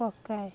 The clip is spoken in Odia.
ପକାଏ